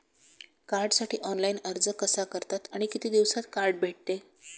कार्डसाठी ऑनलाइन अर्ज कसा करतात आणि किती दिवसांत कार्ड भेटते?